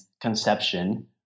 conception